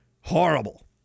horrible